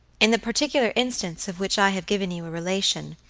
in the particular instance of which i have given you a relation,